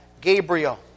Gabriel